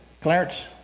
Clarence